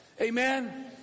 Amen